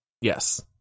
Yes